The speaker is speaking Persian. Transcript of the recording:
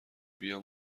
بیا